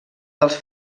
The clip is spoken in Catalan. dels